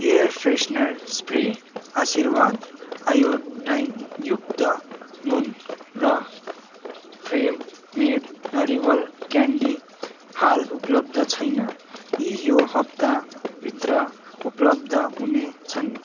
air freshener spray Aashirvaad आयोडिनयुक्त नुन र फ्रेम मेड नरिवल क्यान्डी हाल उपलब्ध छैन यी यो हप्ता भित्र उपलब्ध हुने छन्